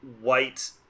white